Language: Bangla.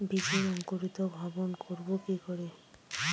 বীজের অঙ্কুরিভবন করব কি করে?